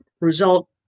result